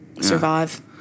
survive